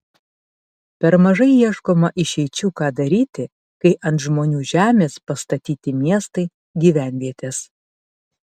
per mažai ieškoma išeičių ką daryti kai ant žmonių žemės pastatyti miestai gyvenvietės